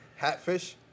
Hatfish